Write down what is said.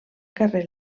carrer